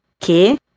que